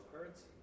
currency